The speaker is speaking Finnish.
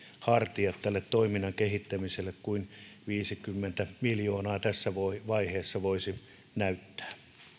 hartiat tälle toiminnan kehittämiselle kuin viisikymmentä miljoonaa tässä vaiheessa voisi näyttää